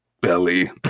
belly